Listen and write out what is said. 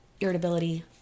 irritability